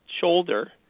shoulder